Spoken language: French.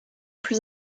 plus